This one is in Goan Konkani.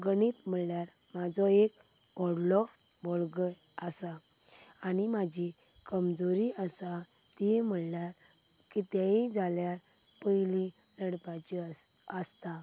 गणीत म्हळ्यार म्हजो एक व्हडलो बळगो आसा आनी म्हजी कमजोरी आसा ती म्हणल्यार कितेंयी जाल्या पयलीं रडपाची आसता